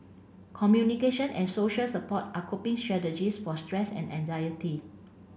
communication and social support are coping strategies for stress and anxiety